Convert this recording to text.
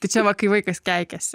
tai čia va kai vaikas keikiasi